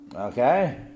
Okay